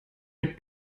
mit